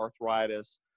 arthritis